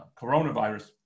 coronavirus